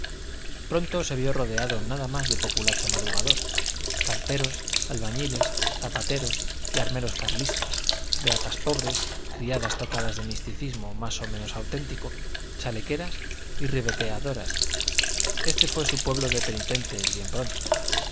pronto se vio rodeado nada más de populacho madrugador canteros albañiles zapateros y armeros carlistas beatas pobres criadas tocadas de misticismo más o menos auténtico chalequeras y ribeteadoras este fue su pueblo de penitentes bien pronto